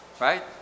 right